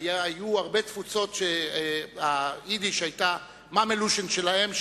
היו הרבה תפוצות שהיידיש היתה "מאמע לשון" שלהם,